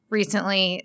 recently